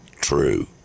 True